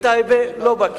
בטייבה לא בקי.